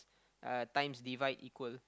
uh times divide equal